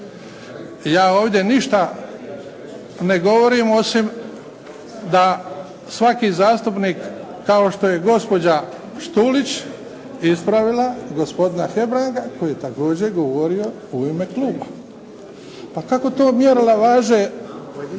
Ja ovdje ništa ne govorim osim da svaki zastupnik kao što je gospođa Škulić ispravila gospodina Hebranga koji je također govorio u ime kluba. Pa kakva to mjerila